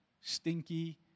Stinky